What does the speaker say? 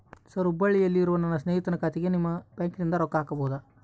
Sir ಹುಬ್ಬಳ್ಳಿಯಲ್ಲಿ ಇರುವ ನನ್ನ ಸ್ನೇಹಿತನ ಖಾತೆಗೆ ನಿಮ್ಮ ಬ್ಯಾಂಕಿನಿಂದ ರೊಕ್ಕ ಹಾಕಬಹುದಾ?